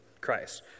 Christ